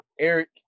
Eric